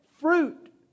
fruit